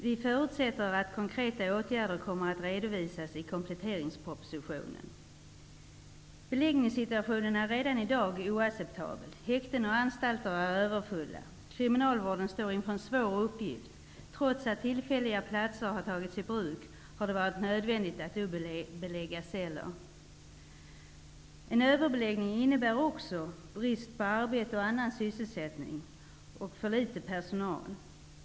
Vi förutsätter att konkreta åtgärder kommer att redovisas i kompletteringspropositionen. Beläggningssituationen är redan i dag helt oacceptabel. Häkten och anstalter är överfulla. Kriminalvården står inför en svår uppgift. Trots att tillfälliga platser har tagits i bruk har det varit nödvändigt att dubbelbelägga celler. Överbeläggning innebär också brist på arbete och annan sysselsättning samt för liten personal.